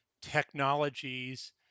technologies